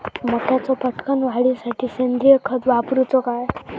मक्याचो पटकन वाढीसाठी सेंद्रिय खत वापरूचो काय?